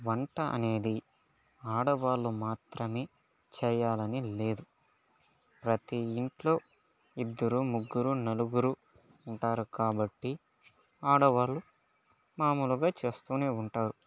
వంట అనేది ఆడవాళ్లు మాత్రమే చేయాలని లేదు ప్రతి ఇంట్లో ఇద్దరు ముగ్గురు నలుగురు ఉంటారు కాబట్టి ఆడవాళ్లు మామూలుగా చేస్తూనే ఉంటారు